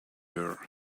her